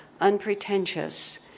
unpretentious